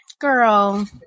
girl